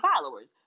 followers